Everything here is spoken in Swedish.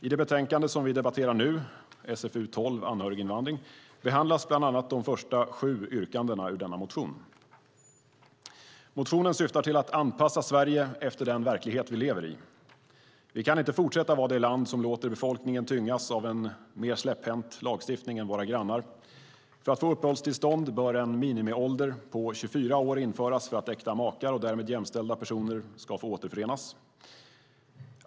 I det betänkande som vi debatterar nu, SfU12, Anhöriginvandring , behandlas bland annat de första sju yrkandena ur denna motion. Motionen syftar till att anpassa Sverige efter den verklighet vi lever i. Vi kan inte fortsätta att vara det land som låter befolkningen tyngas av en mer släpphänt lagstiftning än i våra grannländer. För att få uppehållstillstånd bör en minimiålder på 24 år införas för att äkta makar och därmed jämställda personer ska få återförenas.